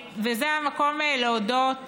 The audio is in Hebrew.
וזה המקום להודות